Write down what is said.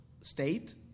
state